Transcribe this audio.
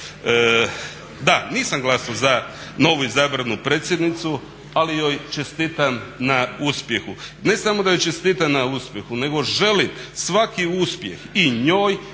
Da, nisam glasao za novoizabranu predsjednicu, ali joj čestitam na uspjehu. Ne samo da joj čestitam na uspjehu, nego želim svaki uspjeh i njoj